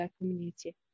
community